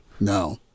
No